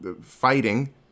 fighting